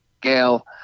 Gail